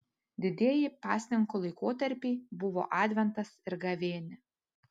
didieji pasninkų laikotarpiai buvo adventas ir gavėnia